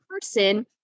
person